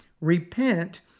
Repent